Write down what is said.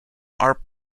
are